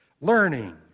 learning